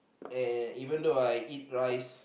and even though I eat rice